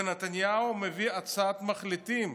ונתניהו מביא הצעת מחליטים: